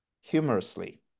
Humorously